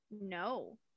No